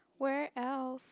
where else